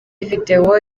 video